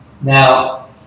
Now